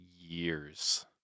years